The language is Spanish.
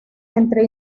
entre